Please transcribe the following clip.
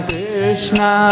Krishna